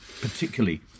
Particularly